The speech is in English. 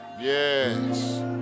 yes